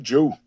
Jew